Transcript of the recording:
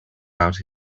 out